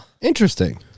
Interesting